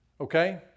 Okay